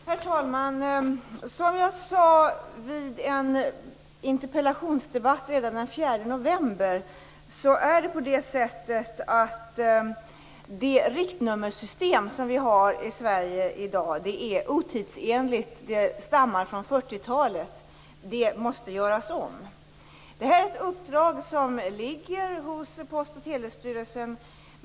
Herr talman! Som jag sade vid en interpellationsdebatt redan den 4 november är det riktnummersystem vi har i Sverige i dag otidsenligt. Det stammar från 1940-talet, och det måste göras om. Det är ett uppdrag som ligger hos Post och telestyrelsen.